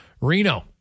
Reno